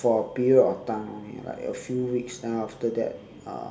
for a period of time only like a few weeks then after that uh